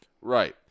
Right